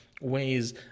ways